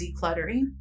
decluttering